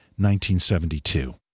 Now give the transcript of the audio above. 1972